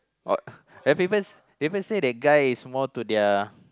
uh people people say that guy is more to their